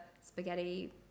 spaghetti